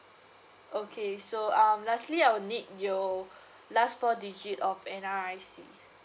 okay so um lastly I'll need your last four digit of N_R_I_C